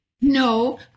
No